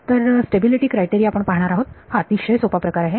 तर stability criteria आपण पाहणार आहोत हा अतिशय सोपा प्रकार आहे